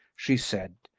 she said,